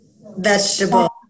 vegetable